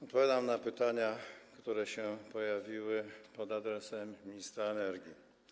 Odpowiadam na pytania, które pojawiły się pod adresem ministra energii.